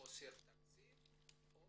חוסר תקציב או